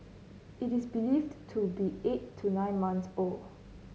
it is believed to be eight to nine months old